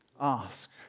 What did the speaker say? ask